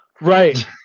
Right